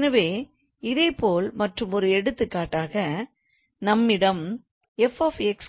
எனவே இதேபோல் மற்றும் ஒரு எடுத்துக்காட்டாக நம்மிடம் 𝑓𝑥